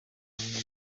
aritanga